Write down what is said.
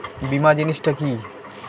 বীমা জিনিস টা কি?